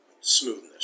smoothness